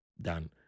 done